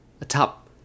atop